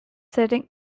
sitting